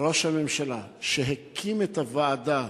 לראש הממשלה, שהקים את הוועדה.